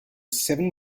seven